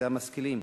זה המשכילים.